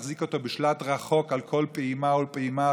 מחזיק אותו בשלט רחוק על כל פעימה ופעימה,